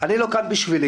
אני לא כאן בשבילי,